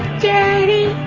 danny